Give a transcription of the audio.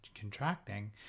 contracting